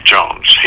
Jones